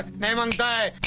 name and